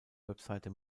website